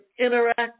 interact